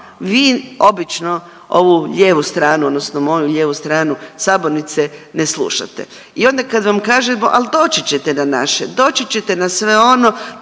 vi obično ovu lijevu stranu odnosno moju lijevu stranu sabornice ne slušate i onda kad vam kažemo, al doći ćete na naše, doći ćete na sve ono,